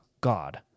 God